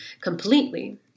completely